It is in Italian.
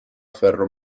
ferro